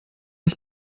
ich